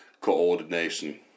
coordination